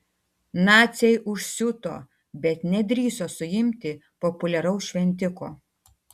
naciai užsiuto bet nedrįso suimti populiaraus šventiko